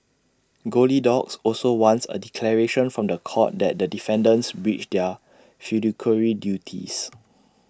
goldilocks also wants A declaration from The Court that the defendants breached their fiduciary duties